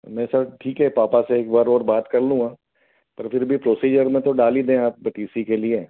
नहीं सर ठीक है पापा से एक बार और बात कर लूँगा पर फिर भी प्रोसीजर में तो डाल ही दें आप द टी सी के लिए